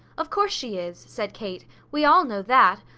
of course she is, said kate. we all know that.